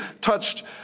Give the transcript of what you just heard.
touched